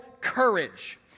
courage